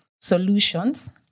solutions